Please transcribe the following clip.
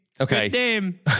Okay